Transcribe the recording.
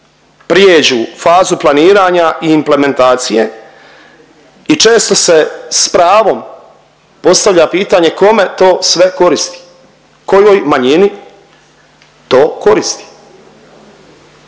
prijeđu fazu planiranja i implementacije i često se s pravom postavlja pitanje kome to sve koristi, kojoj manjini to koristi.